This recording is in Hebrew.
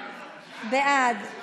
בעד,